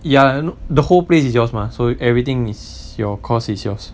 ya the whole place is yours mah so everything is your cost is yours